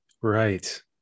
right